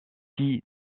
six